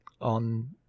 on